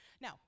Now